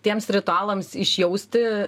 tiems ritualams išjausti